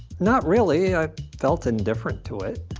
not really, i felt indifferent to it.